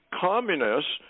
communists